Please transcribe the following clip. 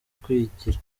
kwigira